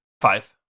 Five